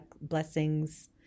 blessings